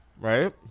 Right